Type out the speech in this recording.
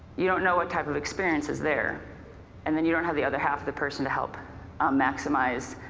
you don't know what type of experiences there and then you don't have the other half of the person to help maximize